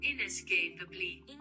Inescapably